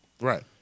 Right